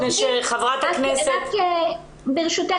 מפני שחברת הכנסת --- ברשותך,